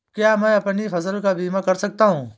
क्या मैं अपनी फसल का बीमा कर सकता हूँ?